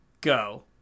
Go